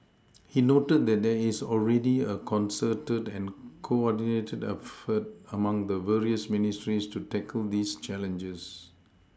he noted that there is already a concerted and coordinated effort among the various ministries to tackle these challenges